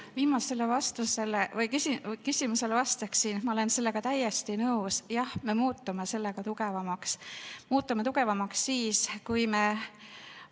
Viimasele küsimusele vastaksin, et ma olen sellega täiesti nõus. Jah, me muutume sellega tugevamaks. Muutume tugevamaks siis, kui me